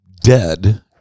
dead